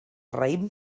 raïm